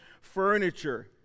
furniture